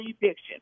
eviction